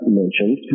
mentioned